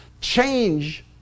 change